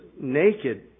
naked